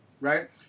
right